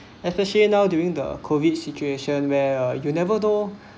especially now during the COVID situation where you'll never know